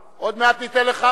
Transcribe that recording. עוד מעט ניתן לך